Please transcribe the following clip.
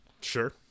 Sure